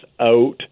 out